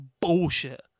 bullshit